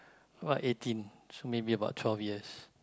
what eighteen so maybe about twelve years